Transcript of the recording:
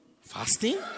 Fasting